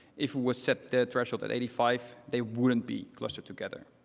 if we're set the threshold at eighty five, they wouldn't be clustered together.